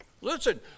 Listen